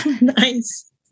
Nice